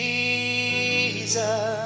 Jesus